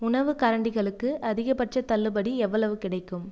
உணவுக்கரண்டிகளுக்கு அதிகபட்சத் தள்ளுபடி எவ்வளவு கிடைக்கும்